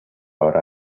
ore